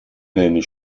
nämlich